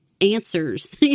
answers